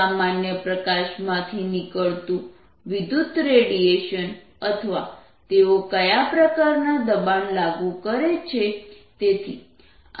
સામાન્ય પ્રકાશ માંથી નીકળતું વિદ્યુતચુંબકીય રેડિયેશન અથવા તેઓ કયા પ્રકારનાં દબાણ લાગુ કરે છે